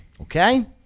Okay